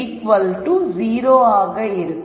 ∂f ∂xn 0 ஆக இருக்கும்